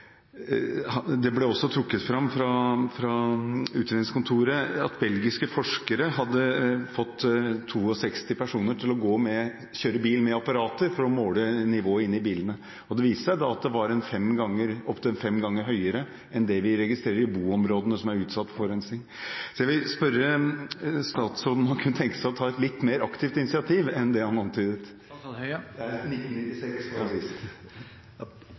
Det ble også trukket fram av utredningsseksjonen at belgiske forskere hadde fått 62 personer til å kjøre bil med apparater for å måle nivået inne i bilene. Det viste seg at verdiene var opp til fem ganger høyere enn det som er registrert i boområder som er utsatt for forurensning. Så jeg vil spørre statsråden om han kunne tenke seg å ta et litt mer aktivt initiativ enn det han antydet. I 1996 var siste gjennomgangen. Som jeg